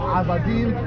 abadim